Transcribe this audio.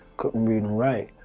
couldn't read and write.